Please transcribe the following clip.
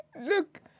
Look